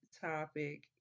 topic